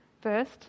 first